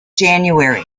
january